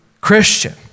Christian